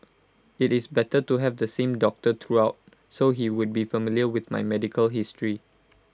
IT is better to have the same doctor throughout so he would be familiar with my medical history